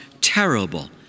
terrible